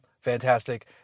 fantastic